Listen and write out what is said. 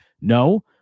no